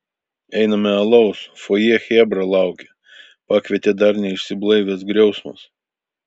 einame alaus fojė chebra laukia pakvietė dar neišsiblaivęs griausmas